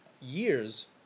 years